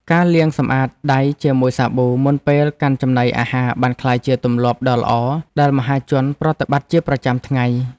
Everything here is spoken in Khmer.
ការលាងសម្អាតដៃជាមួយសាប៊ូមុនពេលកាន់ចំណីអាហារបានក្លាយជាទម្លាប់ដ៏ល្អដែលមហាជនប្រតិបត្តិជាប្រចាំថ្ងៃ។